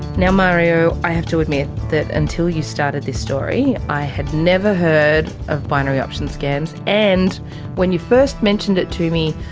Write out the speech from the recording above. now, mario, i have to admit that until you started this story i had never heard of binary options scams, and when you first mentioned it to me,